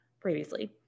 previously